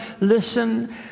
listen